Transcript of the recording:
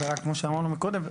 ורק מה שאמרנו מקודם,